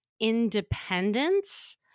independence